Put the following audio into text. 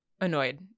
annoyed